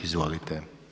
Izvolite.